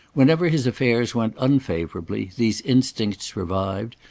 whenever his affairs went unfavourably, these instincts revived,